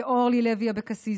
לאורלי לוי אבקסיס,